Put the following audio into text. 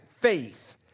faith